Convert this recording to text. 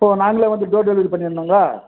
so நாங்களே வந்து door delivery பண்ணிடணுங்களா